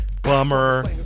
Bummer